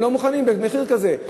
הם לא מוכנים במחיר כזה.